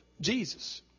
Jesus